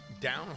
down